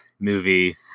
movie